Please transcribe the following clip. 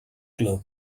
club